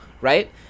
right